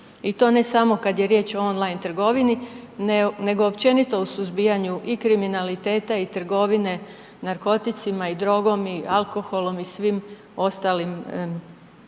I to ne samo kad je riječ o on line trgovine nego općenito u suzbijanju i kriminaliteta i trgovine narkoticima i drogom i alkoholom i svim ostalim krivičnim